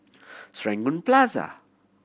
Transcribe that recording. Serangoon Plaza